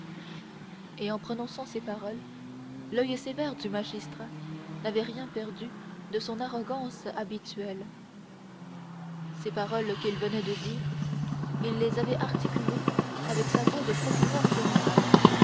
et en prononçant ces paroles l'oeil sévère du magistrat n'avait rien perdu de son arrogance habituelle ces paroles qu'il venait de dire il les avait articulées avec sa voix de procureur général